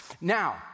Now